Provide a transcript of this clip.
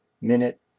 minute